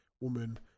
woman